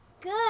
Good